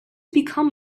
become